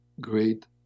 great